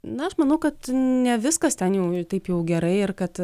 na aš manau kad ne viskas ten jau ir taip jau gerai ir kad